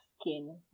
skin